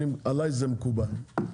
עליי זה מקובל.